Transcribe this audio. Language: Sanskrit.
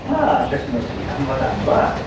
हा शक्नोति अहं वदामि वा